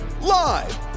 live